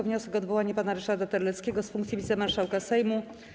Wniosek o odwołanie pana Ryszarda Terleckiego z funkcji wicemarszałka Sejmu.